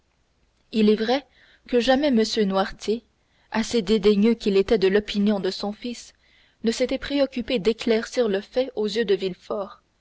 il est vrai que jamais m noirtier assez dédaigneux qu'il était de l'opinion de son fils ne s'était préoccupé d'éclaircir le fait aux yeux de